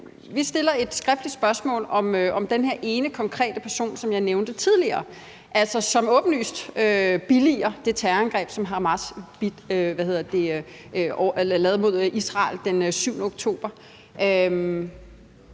Vi stiller et skriftligt spørgsmål om den her ene konkrete person, som jeg nævnte tidligere, og som åbenlyst billiger det terrorangreb, som Hamas lavede mod Israel den 7. oktober. Vil